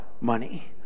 money